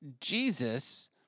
Jesus